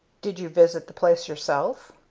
did you visit the place yourself?